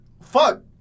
fuck